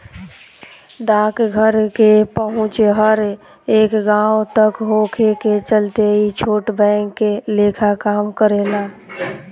डाकघर के पहुंच हर एक गांव तक होखे के चलते ई छोट बैंक लेखा काम करेला